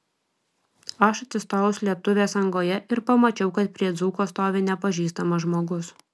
aš atsistojau slėptuvės angoje ir pamačiau kad prie dzūko stovi nepažįstamas žmogus